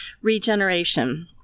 regeneration